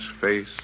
face